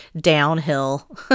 downhill